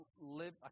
live